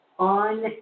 on